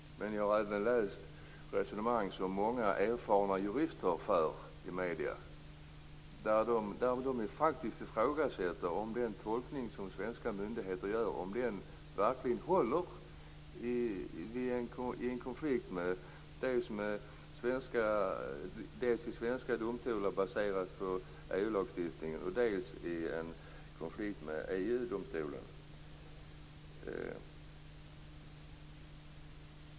Men jag har även läst resonemang som många erfarna jurister för i medierna. De ifrågasätter om den tolkning som svenska myndigheter gör verkligen håller dels i en konflikt i svenska domstolar baserat på EU-lagstiftningen, dels i en konflikt med EU-domstolen.